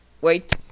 wait